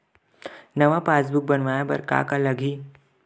नवा पासबुक बनवाय बर का का लगही?